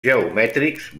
geomètrics